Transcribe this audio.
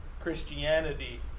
christianity